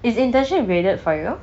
is internship graded for you